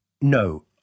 no